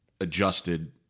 adjusted